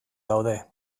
daude